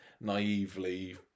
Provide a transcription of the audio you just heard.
naively